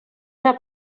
una